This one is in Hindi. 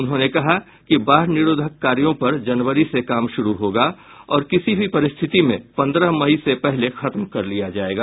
उन्होंने कहा कि बाढ़ निरोधक कार्यों पर जनवरी से कमा शुरू होगा और किसी भी परिस्थिति में पंद्रह मई से पहले खत्म कर लिया जायेगा